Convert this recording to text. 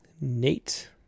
Nate